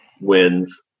wins